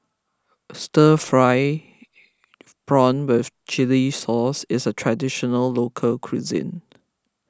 Stir Fried Prawn with Chili Sauce is a Traditional Local Cuisine